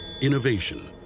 Innovation